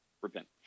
repent